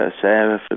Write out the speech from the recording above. Sarah